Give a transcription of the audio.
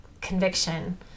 conviction